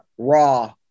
raw